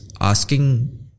asking